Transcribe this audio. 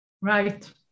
Right